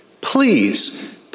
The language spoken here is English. Please